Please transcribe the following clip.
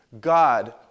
God